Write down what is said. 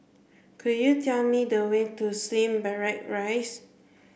could you tell me the way to Slim Barrack Rise